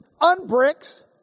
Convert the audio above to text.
unbricks